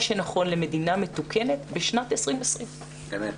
שנכון למדינה מתוקנת בשנת 2020. אמת.